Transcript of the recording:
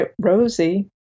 Rosie